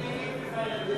אני נגד,